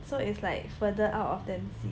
so it's like further out of Dempsey